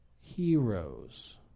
Heroes